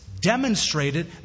demonstrated